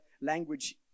language